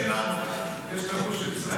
לנו היה את הגוש שלנו.